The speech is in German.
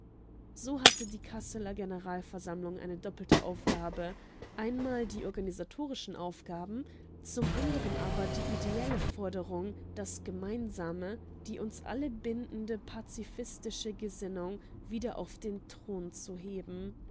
so hatte die kasseler generalversammlung eine doppelte aufgabe einmal die organisatorischen aufgaben zum andern aber die ideelle forderung das gemeinsame die uns alle bindende pazifistische gesinnung wieder auf den thron zu heben